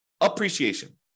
appreciation